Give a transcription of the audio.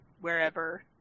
wherever